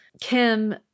Kim